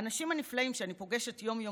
האנשים הנפלאים שאני פוגשת יום-יום